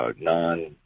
non-